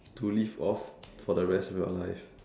to live off for the rest of your life